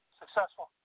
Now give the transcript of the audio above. successful